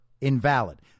invalid